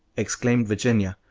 exclaimed virginia.